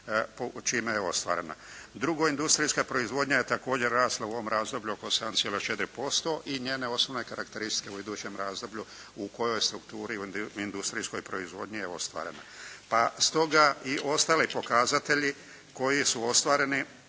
čime je ostvarena. Drugo, industrijska proizvodnja je također rasla u ovom razdoblju oko 7,4% i njene osnovne karakteristike u idućem razdoblju u kojoj strukturi u industrijskog proizvodnji je ostvarena. Pa stoga i ostali pokazatelji koji su ostvareni